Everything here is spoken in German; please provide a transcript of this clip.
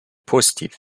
positiv